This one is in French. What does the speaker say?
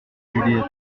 juliette